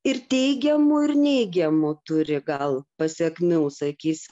ir teigiamų ir neigiamų turi gal pasekmių sakys